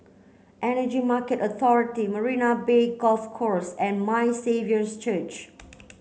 Energy Market Authority Marina Bay Golf Course and My Saviour's Church